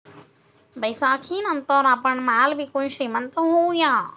बैसाखीनंतर आपण माल विकून श्रीमंत होऊया